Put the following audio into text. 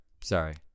Sorry